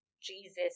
Jesus